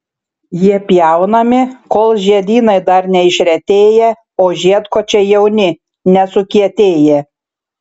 jie pjaunami kol žiedynai dar neišretėję o žiedkočiai jauni nesukietėję